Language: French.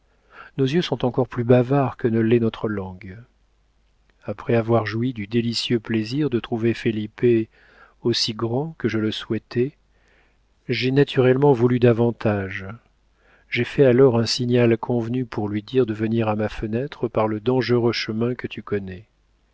nos yeux sont encore plus bavards que ne l'est notre langue après avoir joui du délicieux plaisir de trouver felipe aussi grand que je le souhaitais j'ai naturellement voulu davantage j'ai fait alors un signal convenu pour lui dire de venir à ma fenêtre par le dangereux chemin que tu connais